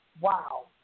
Wow